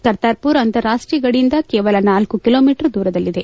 ಕರ್ತಾರ್ಪುರ್ ಅಂತಾರಾಷ್ಷೀಯ ಗಡಿಯಿಂದ ಕೇವಲ ನಾಲ್ಲು ಕಿಲೋ ಮೀಟರ್ ದೂರದಲ್ಲಿದೆ